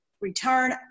return